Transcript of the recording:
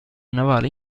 navale